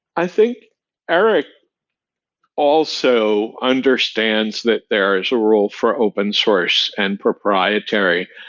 i think eric also understands that there is a role for open source and proprietary,